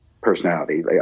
personality